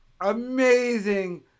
amazing